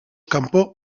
kanpo